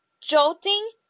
jolting